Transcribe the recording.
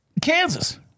Kansas